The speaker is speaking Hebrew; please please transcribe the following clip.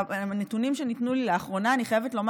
מהנתונים שניתנו לי לאחרונה אני חייבת לומר